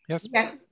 Yes